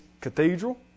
cathedral